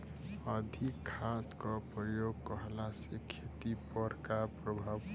अधिक खाद क प्रयोग कहला से खेती पर का प्रभाव पड़ेला?